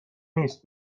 نیس